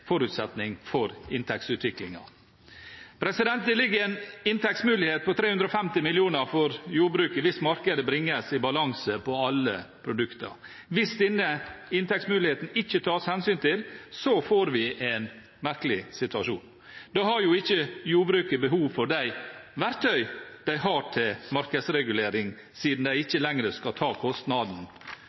forutsetning for inntektsutviklingen. Det ligger en inntektsmulighet på 350 mill. kr for jordbruket hvis markedet bringes i balanse på alle produkter. Hvis denne inntektsmuligheten ikke tas hensyn til, får vi en merkelig situasjon. Da har jo ikke jordbruket behov for de verktøy de har til markedsregulering, siden de ikke lenger skal ta kostnaden